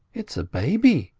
it's a baby!